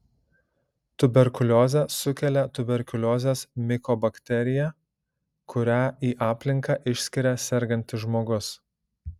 tuberkuliozę sukelia tuberkuliozės mikobakterija kurią į aplinką išskiria sergantis žmogus